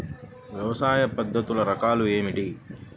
వ్యవసాయ పద్ధతులు రకాలు ఏమిటి?